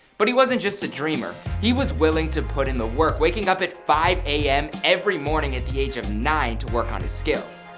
but he wasn't just a dreamer, he was willing to put in the work, waking up at five am every morning at the age of nine to work on his skills.